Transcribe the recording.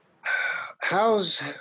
How's